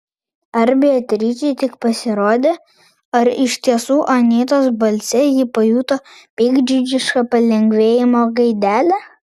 ar beatričei tik pasirodė ar iš tiesų anytos balse ji pajuto piktdžiugišką palengvėjimo gaidelę